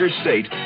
State